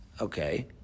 Okay